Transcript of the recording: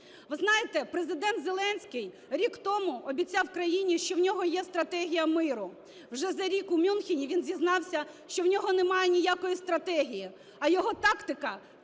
Ви знаєте, Президент Зеленський рік тому обіцяв країні, що в нього є стратегія миру. Уже рік у Мюнхені він зізнався, що в нього нема ніякої стратегії, а його тактика –